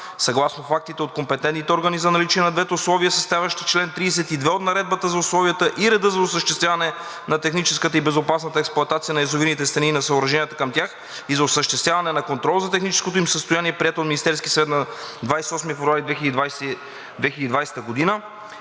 съгласно фактите от компетентните органи за наличие на двете условия, съставящи чл. 32 от Наредба за условията, и реда за осъществяване на техническата и безопасната експлоатация на язовирните стени и на съоръженията към тях, и за осъществяване на контрол за техническото им състояние, приета от Министерския съвет на 28 февруари 2020 г.,